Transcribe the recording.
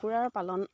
কুকুৰাৰ পালন